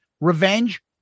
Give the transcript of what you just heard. revenge